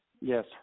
Yes